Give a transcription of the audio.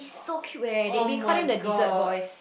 so cute eh they call them the desert boys